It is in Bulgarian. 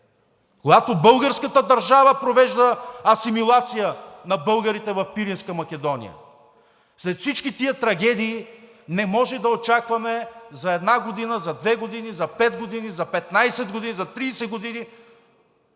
когато българската държава провежда асимилация на българите в Пиринска Македония. След всички тези трагедии не може да очакваме за една година, за две години, за пет години, за 15 години, за 30 години